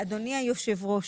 אדוני היושב ראש,